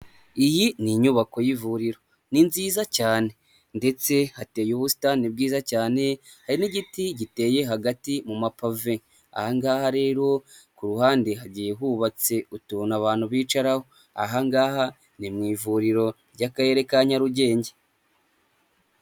Iyi ni inyubako y'ivuriro ni nziza cyane ndetse hateye ubutani bwiza cyane hari n'igiti giteye hagati mu mapave, aha ngaha rero ku ruhande hagiye hubatse utuntu abantu bicaraho, aha ngaha ni mu ivuriro ry'akarere ka Nyarugenge.